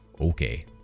Okay